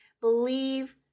believe